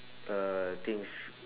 uh things